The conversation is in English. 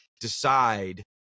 decide